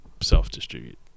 self-distribute